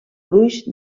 gruix